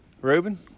Reuben